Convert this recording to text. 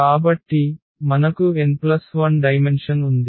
కాబట్టి మనకు n1 dimension ఉంది